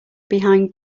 behind